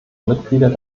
mitglieder